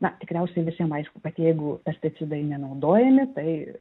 na tikriausiai visiem aišku kad jeigu pesticidai nenaudojami tai